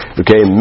okay